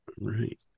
Right